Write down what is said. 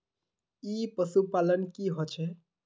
ई पशुपालन की होचे?